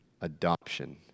Adoption